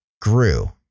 grew